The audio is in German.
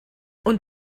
und